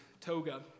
toga